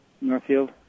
Northfield